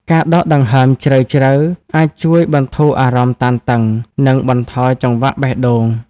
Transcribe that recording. ការដកដង្ហើមជ្រៅៗអាចជួយបន្ធូរអារម្មណ៍តានតឹង និងបន្ថយចង្វាក់បេះដូង។